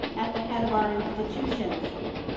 at the head of our institutions.